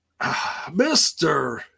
Mr